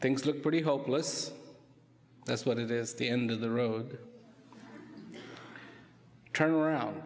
things look pretty hopeless that's what it is the end of the road turn around